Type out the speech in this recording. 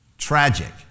tragic